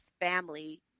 family